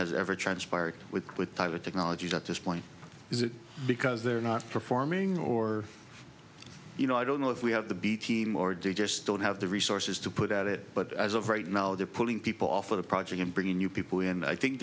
has ever transpired with with tyler technologies at this point is it because they're not performing or you know i don't know if we have the b team or do you just don't have the resources to put out it but as of right now they're pulling people off of the project and bringing new people in i think